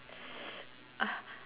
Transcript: uh